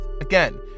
Again